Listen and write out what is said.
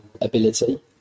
ability